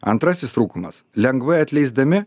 antrasis trūkumas lengvai atleisdami